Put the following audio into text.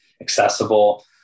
accessible